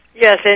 Yes